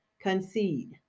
concede